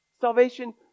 Salvation